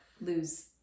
lose